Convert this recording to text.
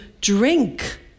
drink